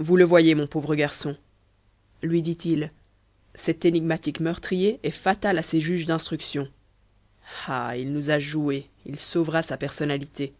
vous le voyez mon pauvre garçon lui dit-il cet énigmatique meurtrier est fatal à ses juges d'instruction ah il nous a joués il sauvera sa personnalité